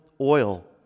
oil